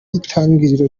itangiriro